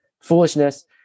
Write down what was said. foolishness